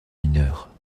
mineur